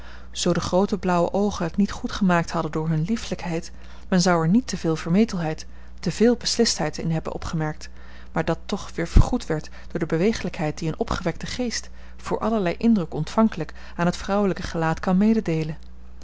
zoo de groote blauwe oogen het niet goed gemaakt hadden door hunne liefelijkheid men zou er te veel vermetelheid te veel beslistheid in hebben opgemerkt maar dat toch weer vergoed werd door de bewegelijkheid die een opgewekte geest voor allerlei indruk ontvankelijk aan het vrouwelijk gelaat kan mededeelen